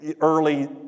early